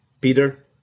Peter